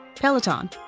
Peloton